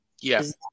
yes